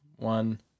One